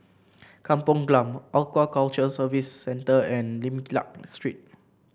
Kampung Glam Aquaculture Services Centre and Lim Liak Street